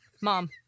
Mom